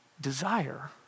desire